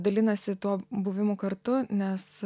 dalinasi tuo buvimu kartu nes